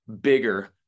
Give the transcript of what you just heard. bigger